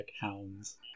Hounds